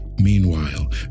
Meanwhile